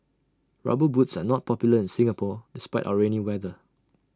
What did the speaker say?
rubber boots are not popular in Singapore despite our rainy weather